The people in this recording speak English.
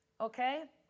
okay